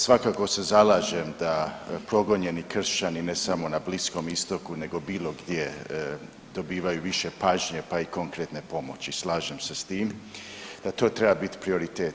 Svakako se zalažem da progonjeni kršćani ne samo na Bliskom Istoku nego bilo gdje dobivaju više pažnje pa i konkretne pomoći, slažem se s tim, to treba biti prioritet.